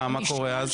מה קורה אז?